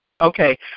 Okay